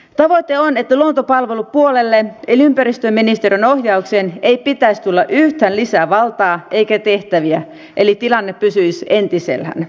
tavoite on että luontopalvelupuolelle eli ympäristöministeriön ohjaukseen ei pitäisi tulla yhtään lisää valtaa eikä tehtäviä eli tilanne pysyisi entisellään